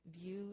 view